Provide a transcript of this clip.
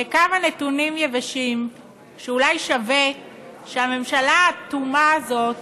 לכמה נתונים יבשים שאולי שווה שהממשלה האטומה הזאת